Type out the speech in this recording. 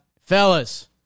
Fellas